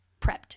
prepped